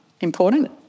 important